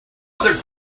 other